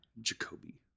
Jacoby